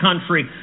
country